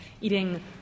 eating